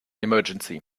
emergency